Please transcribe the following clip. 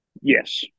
Yes